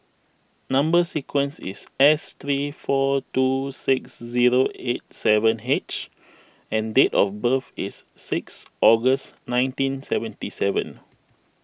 Number Sequence is S three four two six zero eight seven H and date of birth is six August nineteen seventy seven